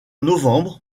novembre